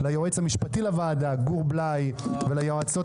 ליועץ המשפטי לועדה גור בליי וליועצות